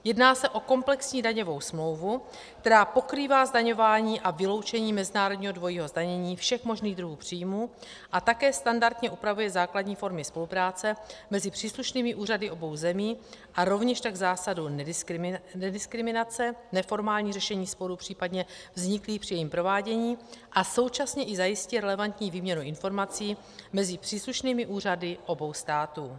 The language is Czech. Jedná se o komplexní daňovou smlouvu, která pokrývá zdaňování a vyloučení mezinárodního dvojího zdanění všech možných druhů příjmů a také standardně upravuje základní formy spolupráce mezi příslušnými úřady obou zemí a rovněž tak zásadu nediskriminace, neformální řešení sporů případně vzniklých při jejím provádění a současně i zajistí relevantní výměnu informací mezi příslušnými úřady obou států.